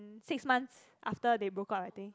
six months after they broke up I think